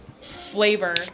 flavor